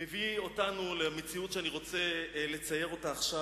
זה מביא אותנו למציאות שאני רוצה לצייר עכשיו,